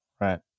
Right